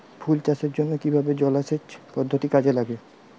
ফুল চাষের জন্য কিভাবে জলাসেচ পদ্ধতি কাজে লাগানো যাই?